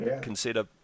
consider